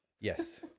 Yes